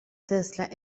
tesla